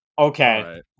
Okay